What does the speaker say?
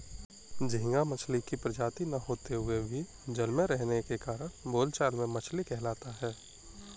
झींगा मछली की प्रजाति न होते हुए भी जल में रहने के कारण बोलचाल में मछली कहलाता है